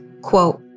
Quote